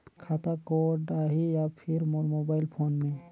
खाता कोड आही या फिर मोर मोबाइल फोन मे?